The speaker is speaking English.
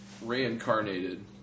reincarnated